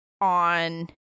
on